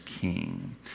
king